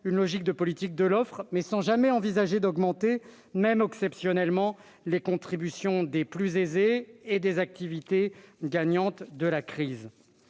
sa politique de l'offre, mais sans jamais envisager d'augmenter, même exceptionnellement, les contributions des plus aisés et des activités gagnantes de la crise.